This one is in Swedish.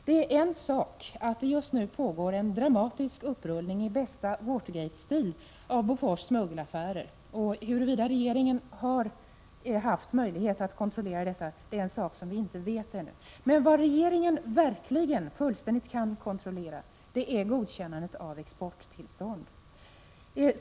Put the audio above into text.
Det är en sak att det just nu pågår en dramatisk upprullning i bästa Watergatestil av Bofors smuggelaffärer, och huruvida regeringen haft möjlighet att utöva en kontroll härvidlag är en sak som vi ännu inte vet. Men vad regeringen verkligen kan kontrollera fullständigt är godkännandet av exporttillstånd.